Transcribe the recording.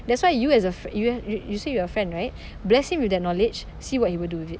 that's why you as a you you you say you are a friend right bless him with that knowledge see what he will do with it